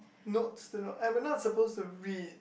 notes to note and we're not supposed to read